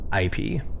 ip